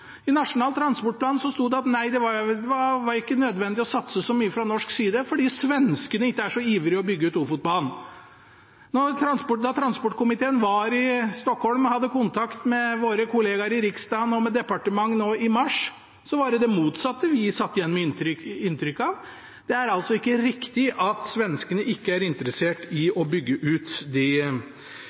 I Nasjonal transportplan sto det at det ikke var nødvendig å satse så mye fra norsk side, fordi svenskene ikke er så ivrige etter å bygge ut Ofotbanen. Da transportkomiteen var i Stockholm og hadde kontakt med sine kollegaer i Riksdagen og med departementet nå i mars, var det det motsatte inntrykket vi satt igjen med. Det er altså ikke riktig at svenskene ikke er interessert i å bygge ut de